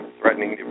threatening